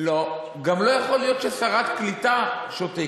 לא, גם לא יכול להיות ששרת קליטה שותקת.